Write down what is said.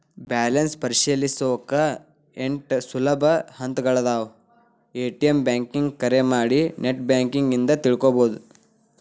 balance ಪರಿಶೇಲಿಸೊಕಾ ಎಂಟ್ ಸುಲಭ ಹಂತಗಳಾದವ ಎ.ಟಿ.ಎಂ ಬ್ಯಾಂಕಿಂಗ್ ಕರೆ ಮಾಡಿ ನೆಟ್ ಬ್ಯಾಂಕಿಂಗ್ ಇಂದ ತಿಳ್ಕೋಬೋದು